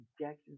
Jackson